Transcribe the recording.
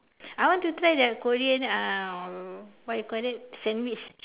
I want to try the Korean uh what you call that sandwich